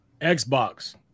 Xbox